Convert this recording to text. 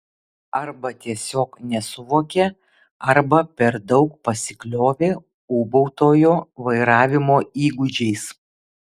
arba tiesiog nesuvokė arba per daug pasikliovė ūbautojo vairavimo įgūdžiais